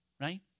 right